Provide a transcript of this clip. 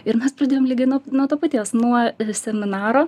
ir mes pradėjom lygiai nuo nuo to paties nuo seminaro